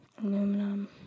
Aluminum